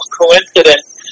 coincidence